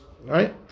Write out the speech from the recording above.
Right